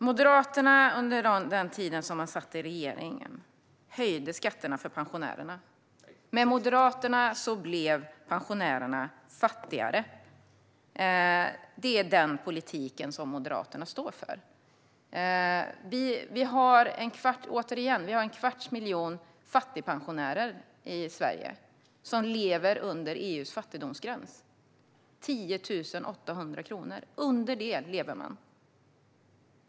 Fru talman! Under den tid Moderaterna satt i regeringen höjde man skatten för pensionärerna. Med Moderaterna blev pensionärerna fattigare. Det är den politik Moderaterna står för. Återigen: Vi har en kvarts miljon fattigpensionärer i Sverige. De lever under EU:s fattigdomsgräns, som är 10 800 kronor. Man lever under den gränsen.